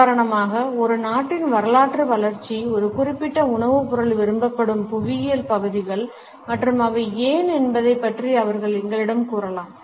உதாரணமாக ஒரு நாட்டின் வரலாற்று வளர்ச்சி ஒரு குறிப்பிட்ட உணவுப் பொருள் விரும்பப்படும் புவியியல் பகுதிகள் மற்றும் அவை ஏன் என்பதைப் பற்றி அவர்கள் எங்களிடம் கூறலாம்